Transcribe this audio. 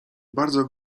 bardzo